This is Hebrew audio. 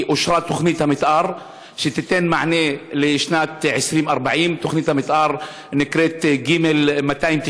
כי אושרה תוכנית המתאר שתיתן מענה לשנת 2040. תוכנית המתאר נקראת ג-299.